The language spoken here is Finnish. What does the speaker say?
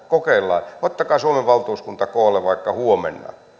kokeillaan ottakaa suomen valtuuskunta koolle vaikka huomenna